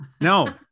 no